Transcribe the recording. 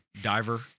diver